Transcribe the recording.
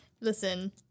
Listen